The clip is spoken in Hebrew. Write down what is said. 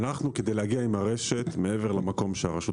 כדי להגיע עם הרשת מעבר למקום שהרשות